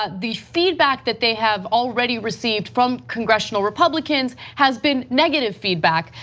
ah the feedback that they have already received from congressional republicans has been negative feedback.